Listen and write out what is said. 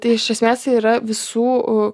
tai iš esmės yra visų